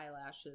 eyelashes